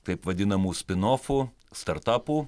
taip vadinamų spinofų startapų